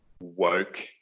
woke